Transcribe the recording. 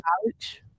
college